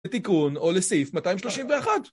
לתיקון או לסעיף 231